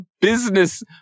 business